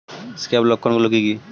Scab লক্ষণ গুলো কি কি?